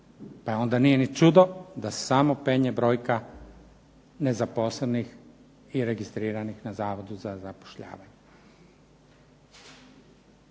pa onda nije ni čudo da se samo penje brojka nezaposlenih i registriranih na Zavodu za zapošljavanje.